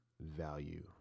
value